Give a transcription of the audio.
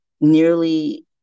Nearly